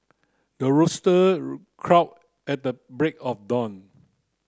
the rooster crow at the break of dawn